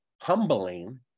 humbling